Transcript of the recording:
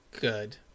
Good